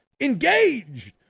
engaged